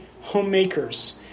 homemakers